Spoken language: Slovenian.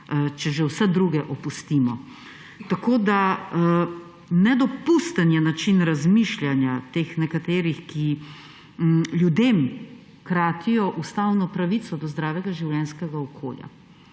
če že vse druge opustimo? Nedopusten je način razmišljanja teh nekaterih, ki ljudem kratijo ustavno pravico do zdravega življenjskega okolja.